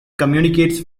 communicates